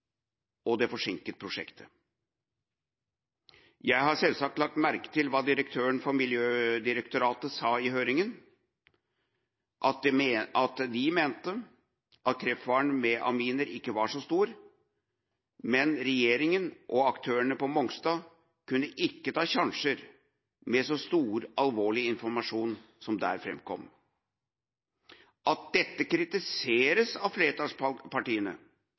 og det forsinket prosjektet. Jeg har selvsagt lagt merke til hva direktøren for Miljødirektoratet sa i høringa – at de mente at kreftfaren ved aminer ikke var så stor – men regjeringa og aktørene på Mongstad kunne ikke ta sjanser med så alvorlig informasjon som der framkom. At dette kritiseres av